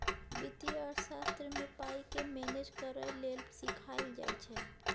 बित्तीय अर्थशास्त्र मे पाइ केँ मेनेज करय लेल सीखाएल जाइ छै